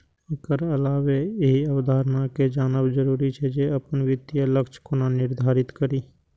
एकर अलावे एहि अवधारणा कें जानब जरूरी छै, जे अपन वित्तीय लक्ष्य कोना निर्धारित करी